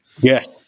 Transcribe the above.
yes